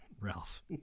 Ralph